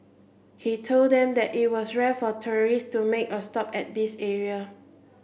he told them that it was rare for tourists to make a stop at this area